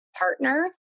partner